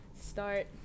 start